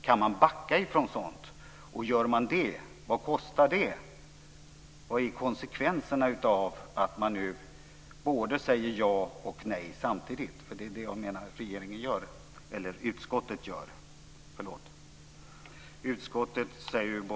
Kan man backa från sådant, och vad kostar det i så fall? Vad är konsekvenserna av att man nu säger både ja och nej samtidigt, för det är det jag menar att utskottet gör.